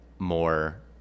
more